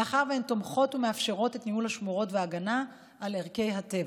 מאחר שהן תומכות ומאפשרות את ניהול השמורות וההגנה על ערכי הטבע.